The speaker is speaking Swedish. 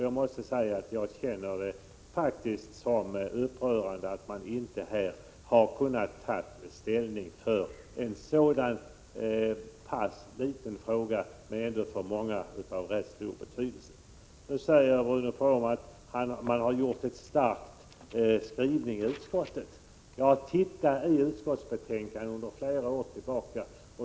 Jag måste säga att jag faktiskt känner det som upprörande att man inte har kunnat ta ställning för en så pass liten fråga som ändå för många har stor betydelse. Nu säger Bruno Poromaa att utskottet har gjort en stark skrivning. Jag har tittat i utskottsbetänkanden för flera år tillbaka.